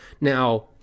Now